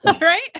Right